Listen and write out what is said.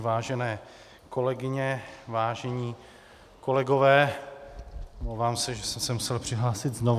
Vážené kolegyně, vážení kolegové, omlouvám se, že jsem se musel přihlásit znovu.